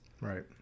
Right